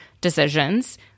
decisions